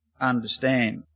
understand